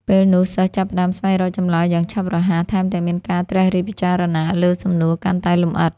ពេលនោះសិស្សចាប់ផ្តើមស្វែងរកចម្លើយយ៉ាងឆាប់រហ័ស ថែមទាំងមានការត្រិះរិះពិចារណាលើសំណួរកាន់តែលម្អិត។